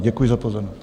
Děkuji za pozornost.